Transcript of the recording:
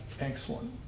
Excellent